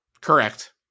Correct